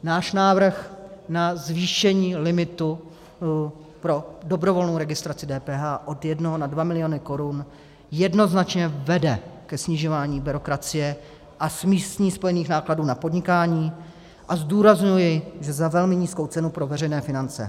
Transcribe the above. Náš návrh na zvýšení limitu pro dobrovolnou registraci DPH od 1 na 2 miliony korun jednoznačně vede ke snižování byrokracie a s ní spojených nákladů na podnikání, a zdůrazňuji, že za velmi nízkou cenu pro veřejné finance.